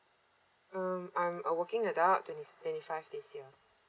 um I'm a working adult twenty twenty five this year